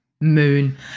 moon